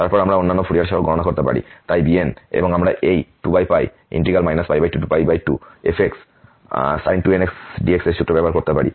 তারপর আমরা অন্যান্য ফুরিয়ার সহগ গণনা করতে পারি তাই bn এবং আমরা এই 2 22fxsin 2nx dx সূত্র ব্যবহার করতে পারি